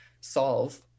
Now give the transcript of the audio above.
solve